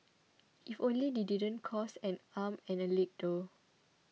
if only they didn't cost and arm and a leg though